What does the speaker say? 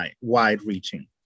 wide-reaching